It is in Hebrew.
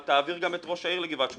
תעביר גם את ראש העיר לגבעת שמואל.